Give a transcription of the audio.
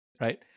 right